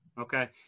Okay